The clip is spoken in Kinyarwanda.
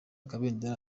kabendera